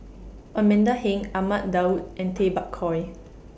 Amanda Heng Ahmad Daud and Tay Bak Koi